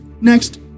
Next